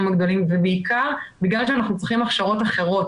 הגדולים ובעיקר בגלל שאנחנו צריכים הכשרות אחרות.